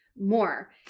more